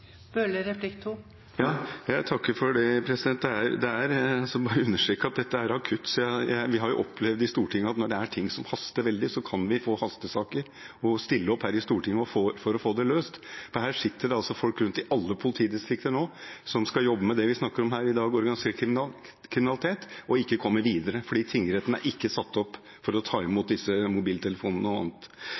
Jeg vil bare understreke at dette er akutt. Vi har opplevd i Stortinget at når det er noe som haster veldig, kan vi få hastesaker og stille opp her i Stortinget for å få det løst. Det sitter nå folk i alle politidistrikter som skal jobbe med det vi snakker om i dag, organisert kriminalitet, og som ikke kommer videre fordi tingrettene ikke er satt opp til å ta imot disse mobiltelefonene og annet.